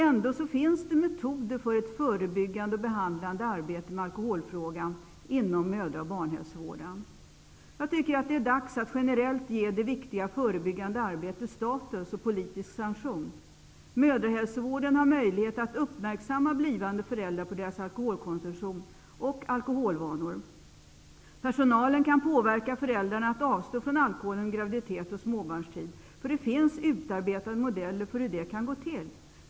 Ändå finns det metoder för ett förebyggande och behandlande arbete i alkoholfrågan inom mödra och barnhälsovården. Jag tycker att det är dags att generellt ge det viktiga förebyggande arbetet status och politisk sanktion. Mödrahälsovården har möjlighet att uppmärksamma blivande föräldrar på deras alkoholkonsumtion och alkoholvanor. Personalen kan påverka föräldrarna att avstå från alkohol under graviditet och småbarnstid. Det finns utarbetade modeller för hur det kan gå till.